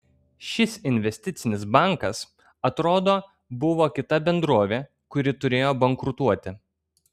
šis investicinis bankas atrodo buvo kita bendrovė kuri turėjo bankrutuoti